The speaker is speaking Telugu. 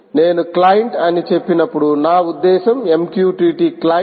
నేను క్లయింట్ అని చెప్పినప్పుడు నా ఉద్దేశ్యం MQTT క్లయింట్